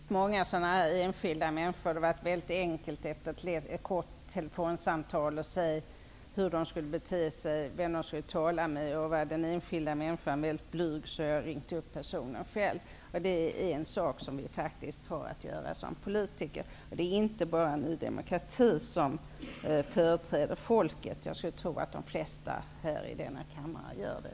Herr talman! Jag har träffat många sådana enskilda människor. Det är väldigt enkelt att under ett kort telefonsamtal säga hur de skall bete sig och vem de skall tala med. Om den enskilda människan har varit väldigt blyg har jag själv ringt upp personen. Det är en sak som vi faktiskt har att göra som politiker. Det är inte bara Ny demokrati som företräder folket. Jag skulle tro att de flesta här i denna kammare gör det.